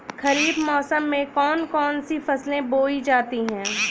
खरीफ मौसम में कौन कौन सी फसलें बोई जाती हैं?